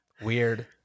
Weird